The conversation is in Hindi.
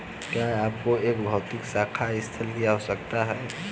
क्या आपको एक भौतिक शाखा स्थान की आवश्यकता है?